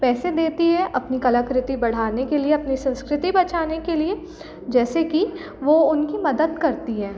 पैसे देती है अपनी कलाकृति बढ़ाने के लिए अपनी संस्कृति बचाने के लिए जैसे कि वो उनकी मदद करती है